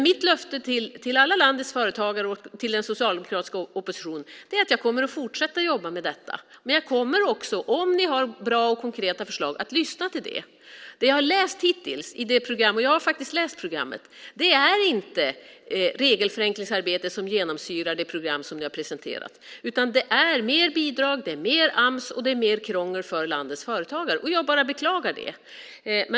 Mitt löfte till alla landets företagare och den socialdemokratiska oppositionen är att jag kommer att fortsätta att jobba med detta. Jag kommer också att lyssna på om ni har bra och konkreta förslag. Jag har läst programmet, och det är inte ett regelförenklingsarbete som genomsyrar det presenterade programmet. Det är i stället fråga om mer bidrag, mer Ams och mer krångel för landets företagare. Jag beklagar det.